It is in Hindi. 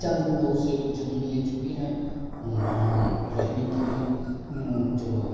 चाँद पर बहुत से लोग ज़मीन ले चुके हैं वहाँ रहने की भी वह जो